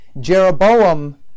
Jeroboam